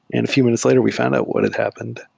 and few minutes later we found out what had happened.